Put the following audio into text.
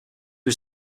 was